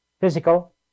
Physical